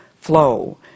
flow